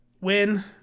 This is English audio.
win